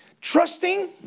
trusting